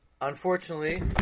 unfortunately